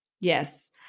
Yes